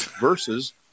versus